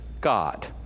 God